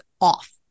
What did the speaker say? off